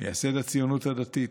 מייסד הציונות הדתית,